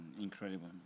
incredible